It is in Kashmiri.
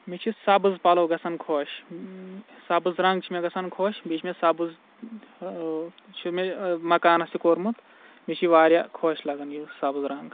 مےٚ چھِ سَبٕز پَلو گَژھان خۄش سَبز رَنگ چھِ مےٚ گَژھان خۄش بیٚیہ چھِ مےٚ سَبٕز چھِ مےٚ مَکانس تہِ کوٚرمُت مےٚ چھِ وارِیاہ خۄش لَگَان یہِ سَبٕز رَنگ